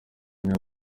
niba